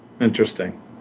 Interesting